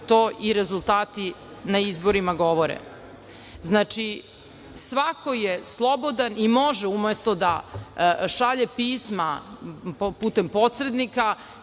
to rezultati na izborima govore. Svako je slobodan i može, umesto da šalje pisma putem posrednika,